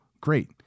great